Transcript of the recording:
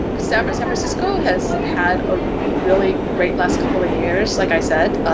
san but san francisco has had a really great last couple of years like i said.